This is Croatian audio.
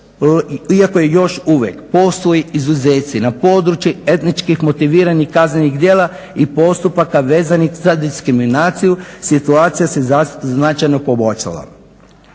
iako još uvije postoje izuzeci na području etničkih motiviranih kaznenih djela i postupaka vezanih za diskriminaciju, situacija se značajno poboljšala.